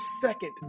second